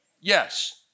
Yes